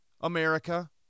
America